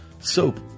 soap